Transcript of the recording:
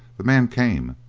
the man came,